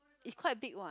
is quite big what